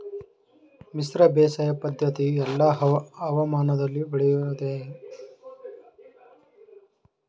ಮಿಶ್ರ ಬೇಸಾಯ ಪದ್ದತಿಯು ಎಲ್ಲಾ ಹವಾಮಾನದಲ್ಲಿಯೂ ಒಳ್ಳೆಯದೇ?